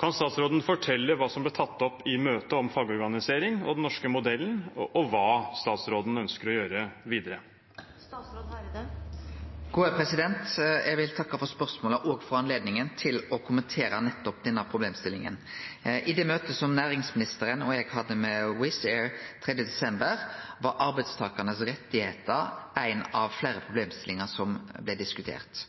Kan statsråden fortelle hva som ble tatt opp i møtet om fagorganisering og den norske modellen, og hva han vil gjøre videre?» Eg vil takke for spørsmålet og for anledninga til å kommentere nettopp denne problemstillinga. I det møtet som næringsministeren og eg hadde med Wizz Air 3. desember, var arbeidstakarane sine rettar ei av fleire problemstillingar som blei diskutert.